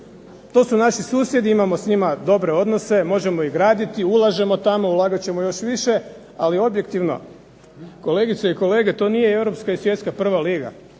To su naši susjedi, imamo s njima dobre odnose, možemo ih graditi, ulažemo tamo, ulagat ćemo još više. Ali objektivno kolegice i kolege, to nije europska i svjetska prva liga.